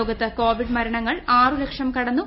ലോകത്ത് കോവിഡ് മരണങ്ങൾ ആറുലക്ഷം കടന്നു